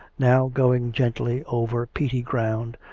now going gently over peaty ground,